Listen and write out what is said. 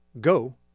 go